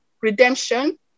redemption